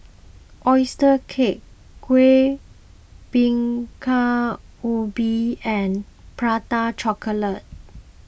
Oyster Cake Kueh Bingka Ubi and Prata Chocolate